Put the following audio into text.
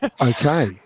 Okay